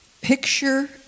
Picture